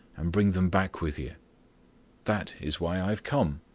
and bring them back with you that is why i have come.